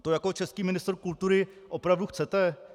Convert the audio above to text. To jako český ministr kultury opravdu chcete?